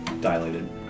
Dilated